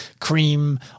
cream